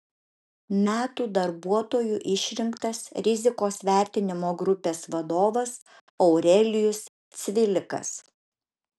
metų darbuotoju išrinktas rizikos vertinimo grupės vadovas aurelijus cvilikas